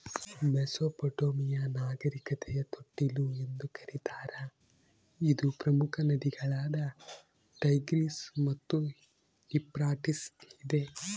Mesopotamia ನಾಗರಿಕತೆಯ ತೊಟ್ಟಿಲು ಎಂದು ಕರೀತಾರ ಇದು ಪ್ರಮುಖ ನದಿಗಳಾದ ಟೈಗ್ರಿಸ್ ಮತ್ತು ಯೂಫ್ರಟಿಸ್ ಇದೆ